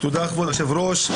תודה, כבוד היושב ראש.